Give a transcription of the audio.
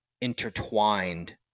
intertwined